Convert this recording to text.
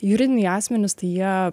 juridiniai asmenys tai jie